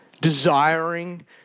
desiring